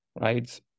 right